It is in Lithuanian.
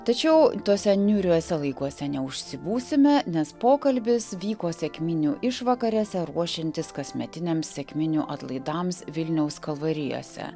tačiau tuose niūriuose laikuose neužsibūsime nes pokalbis vyko sekminių išvakarėse ruošiantis kasmetiniams sekminių atlaidams vilniaus kalvarijose